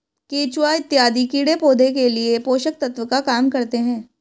केचुआ इत्यादि कीड़े पौधे के लिए पोषक तत्व का काम करते हैं